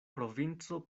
provinco